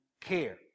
care